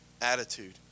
attitude